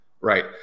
right